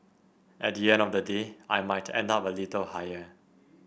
at the end of the day I might end up a little higher